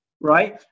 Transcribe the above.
right